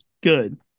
good